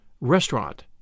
Restaurant